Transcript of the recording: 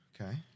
Okay